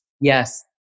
Yes